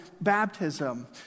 baptism